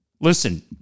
listen